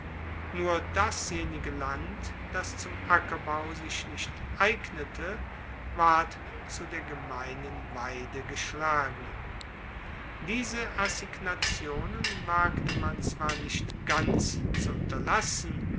nur dasjenige land das zum ackerbau sich nicht eignete ward zu der gemeinen weide geschlagen diese assignationen wagte man zwar nicht ganz zu unterlassen